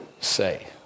say